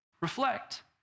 Reflect